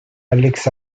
alex